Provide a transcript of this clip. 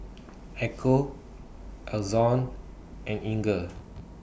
Echo Ason and Inger